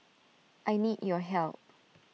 I need your help